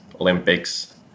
Olympics